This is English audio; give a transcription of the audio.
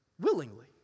Willingly